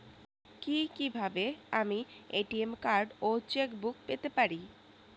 কি কিভাবে আমি এ.টি.এম কার্ড ও চেক বুক পেতে পারি?